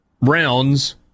rounds